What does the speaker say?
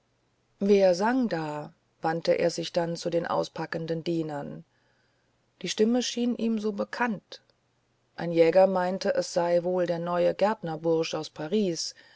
wer sang da wandte er sich dann zu den auspackenden dienern die stimme schien ihm so bekannt ein jäger meinte es sei wohl der neue gärtnerbursch aus paris